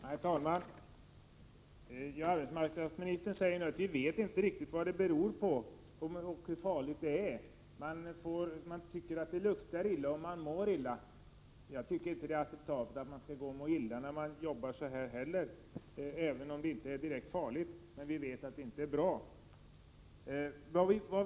Herr talman! Arbetsmarknadsministern säger nu att vi inte vet riktigt vad det beror på och hur farligt det är; man tycker att det luktar illa och man mår illa. Jag tycker inte att det är acceptabelt att man skall gå och må illa när man arbetar, även om det inte är direkt farligt. Vi vet att det inte är bra.